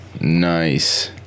Nice